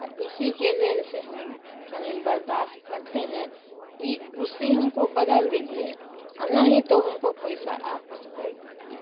तो इसी के लिए से हम तनिक बर्दाश्त करते हैं ये कुर्सी हमको बदल दीजिए नहीं तो हमको पैसा वापस कर दीजिए